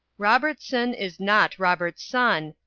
robertson is not robert's son,